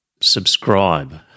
subscribe